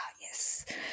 Yes